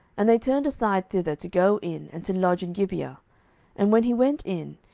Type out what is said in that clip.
and they turned aside thither, to go in and to lodge in gibeah and when he went in,